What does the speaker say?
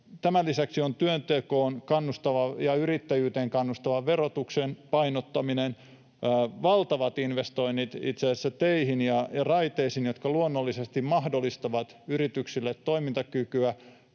Tämän lisäksi on työntekoon ja yrittäjyyteen kannustava verotuksen painottaminen. Itse asiassa valtavat investoinnit teihin ja raiteisiin, jotka luonnollisesti mahdollistavat yrityksille toimintakykyä